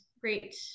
great